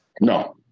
No